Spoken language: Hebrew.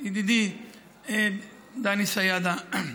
ידידי דני סידה,